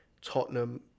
Tottenham